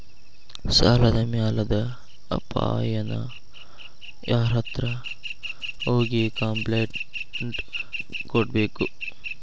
ಸಾಲದ್ ಮ್ಯಾಲಾದ್ ಅಪಾಯಾನ ಯಾರ್ಹತ್ರ ಹೋಗಿ ಕ್ಂಪ್ಲೇನ್ಟ್ ಕೊಡ್ಬೇಕು?